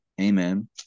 Amen